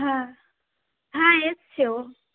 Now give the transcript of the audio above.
হ্যাঁ হ্যাঁ এসছে ও